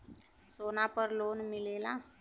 सोना पर लोन मिलेला?